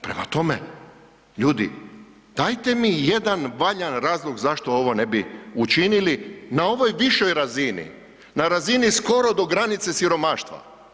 Prema tome, ljudi dajte mi ijedan valjan razlog zašto ovo ne bi učinili na ovoj višoj razini, na razini skoro do granice siromaštva.